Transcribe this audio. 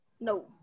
No